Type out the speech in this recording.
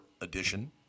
edition